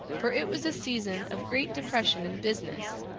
for it was a season of great depression in business,